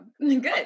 good